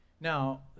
Now